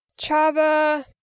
Chava